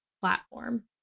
platform